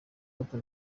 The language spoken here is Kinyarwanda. hato